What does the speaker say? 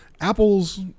Apple's